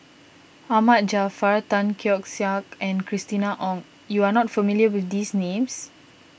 Ahmad Jaafar Tan Keong Saik and Christina Ong you are not familiar with these names